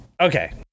okay